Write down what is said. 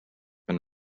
been